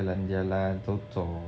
go for jalan jalan 走走